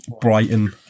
Brighton